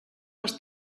les